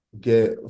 get